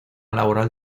laboral